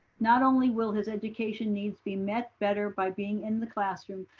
not only will his education needs be met better by being in the classroom,